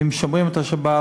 אם שומרים את השבת,